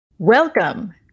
Welcome